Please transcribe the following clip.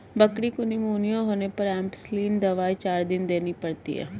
बकरी को निमोनिया होने पर एंपसलीन दवाई चार दिन देनी पड़ती है